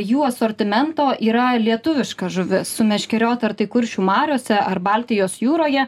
jų asortimento yra lietuviška žuvis sumeškeriota ar tai kuršių mariose ar baltijos jūroje